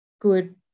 good